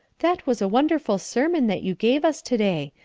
that was a wonderful sermon that you gave us to-day.